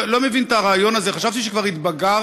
לא מבין את הרעיון הזה, חשבתי שכבר התבגרנו.